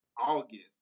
August